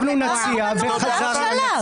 דיברנו על הצעה לשקול.